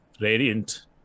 radiant